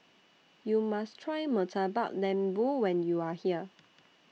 YOU must Try Murtabak Lembu when YOU Are here